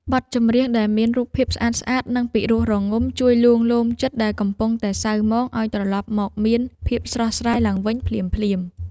បទចម្រៀងដែលមានរូបភាពស្អាតៗនិងពីរោះរងំជួយលួងលោមចិត្តដែលកំពុងតែសៅហ្មងឱ្យត្រឡប់មកមានភាពស្រស់ស្រាយឡើងវិញភ្លាមៗ។